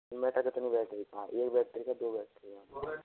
inverter कितनी battery का है एक बैटरी का दो बैटरी का